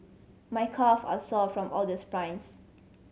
my calves are sore from all the sprints